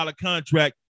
contract